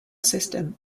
system